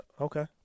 Okay